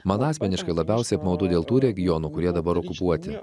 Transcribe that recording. man asmeniškai labiausiai apmaudu dėl tų regionų kurie dabar okupuoti